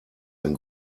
ein